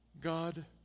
God